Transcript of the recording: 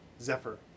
Zephyr